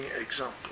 example